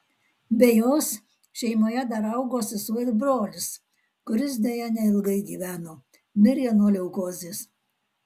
be jos šeimoje dar augo sesuo ir brolis kuris deja neilgai gyveno mirė nuo leukozės